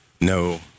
No